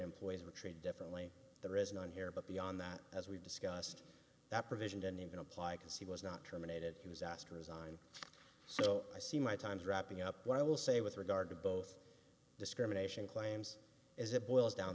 employees are treated differently there is none here but beyond that as we've discussed that provision don't even apply because he was not terminated he was asked to resign so i see my time's wrapping up what i will say with regard to both discrimination claims as it boils down